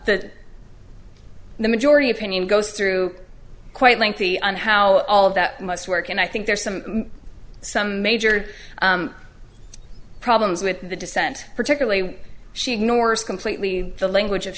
that the majority opinion goes through quite lengthy on how all of that must work and i think there's some some major problems with the dissent particularly she ignores completely the language